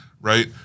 right